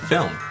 Film